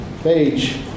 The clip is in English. page